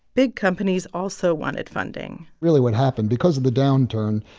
big companies also wanted funding really, what happened because of the downturn,